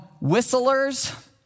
whistlers